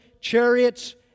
chariots